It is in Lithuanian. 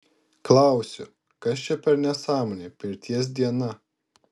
klausiu kas čia per nesąmonė pirties diena